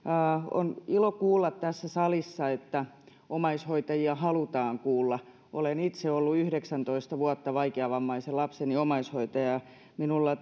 on ilo kuulla tässä salissa että omaishoitajia halutaan kuulla olen itse ollut yhdeksäntoista vuotta vaikeavammaisen lapseni omaishoitaja ja minulla